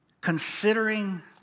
Considering